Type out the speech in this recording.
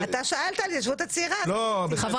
שאלת על ההתיישבות הצעירה, אז עניתי.